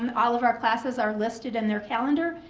um all of our classes are listed in their calendar.